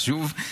לפעמים זה חשוב.